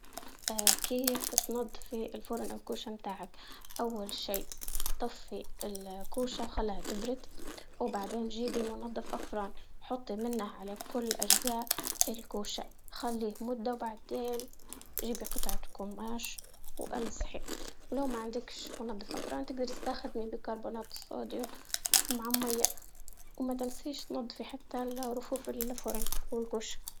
كيف تنضفي الفرن أو الكوشة متاعك؟ أول شي طفي الكوشة وخليها تبرد، بعدين جيبي منضف أفران جطي منه على كل أجزاء الكوشة خليه مدة وبعدين جيبي قطعة قماش وأمسحي، ولو ما عندكش منضف أفران تقدري تستخدمي بيكربونات الصوديوم مع مية، وما تنسيش تنضفي حتى الرفوف الفرن والكوشة.